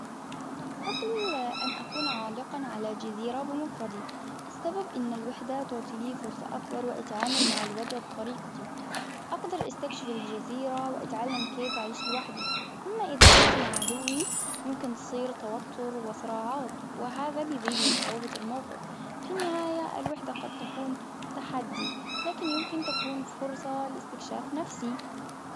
أنا أفضل أن أكون عالقا على جزيرة بمفردي السبب أن الوحدة تعطي لي فرصة أكبر وأتعامل مع الوضع بطريقتي أقدر أستكشف الجزيرة وأتعلم كيف أعيش لوحدي، أما إذا كنت مع عدوي يمكن تصير توتر وصراعات وهذا بيزيد من صعوبة الموقف الوحدة قد تكون تحدي. لكن يمكن تكون فرصة لإستكشاف نفسي.